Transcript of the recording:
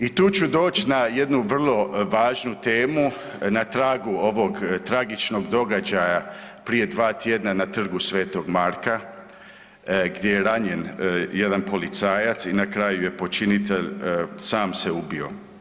I tu ću doći na jednu vrlo važnu temu na tragu ovog tragičnog događaja prije dva tjedna na Trgu sv. Marka gdje je ranjen jedan policajac i na kraju je počinitelj sam se ubio.